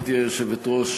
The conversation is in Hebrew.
גברתי היושבת-ראש,